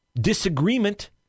disagreement